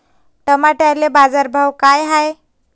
टमाट्याले बाजारभाव काय हाय?